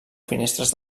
finestres